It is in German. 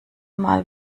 mal